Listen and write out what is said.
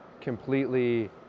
completely